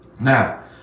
Now